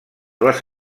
les